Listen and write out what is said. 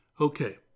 Okay